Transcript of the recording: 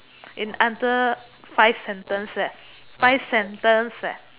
in under five sentence leh five sentence leh